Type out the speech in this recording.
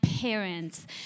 parents